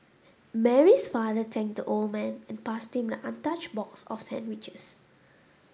Mary's father thanked the old man and passed him an untouched box of sandwiches